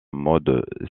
mode